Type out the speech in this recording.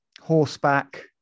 Horseback